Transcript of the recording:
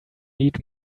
need